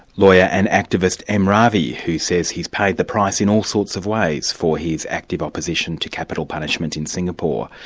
lawyer and activist, m ravi, who says he's paid the price in all sorts of ways for his active opposition to capital punishment in singapore.